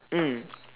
mm